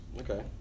Okay